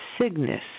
Cygnus